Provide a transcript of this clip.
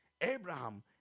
abraham